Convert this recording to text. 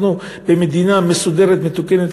אנחנו במדינה מסודרת ומתוקנת,